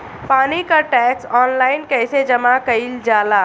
पानी क tax online कईसे जमा कईल जाला?